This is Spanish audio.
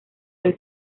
del